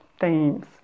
themes